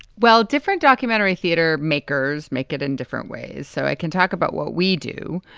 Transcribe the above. well, different documentary theatre makers make it in different ways so i can talk about what we do.